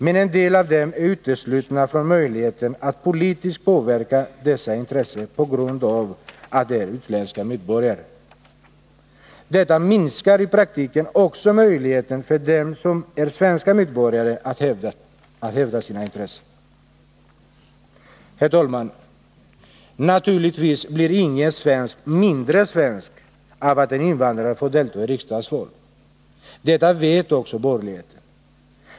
Men en del av dem är uteslutna från möjligheten att politiskt påverka dessa intressen på grund av att de är utländska medborgare. Detta minskar i praktiken också möjligheterna för dem som är svenska medborgare att hävda sina intressen. Herr talman! Naturligtvis blir ingen svensk mindre svensk av att en invandrare får delta i riksdagsval. Detta vet också de borgerliga.